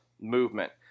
movement